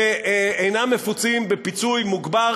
שאינם מפוצים בפיצוי מוגבר,